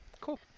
Cool